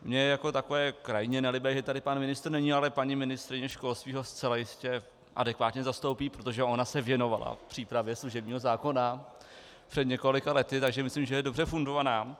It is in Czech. Mně je takové krajně nelibé, že tady pan ministr není, ale paní ministryně školství ho zcela jistě adekvátně zastoupí, protože ona se věnovala přípravě služebního zákona před několika lety, takže myslím, že je dobře fundovaná.